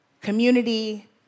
community